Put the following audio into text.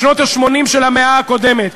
בשנות ה-80 של המאה הקודמת,